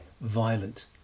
violent